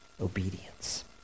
obedience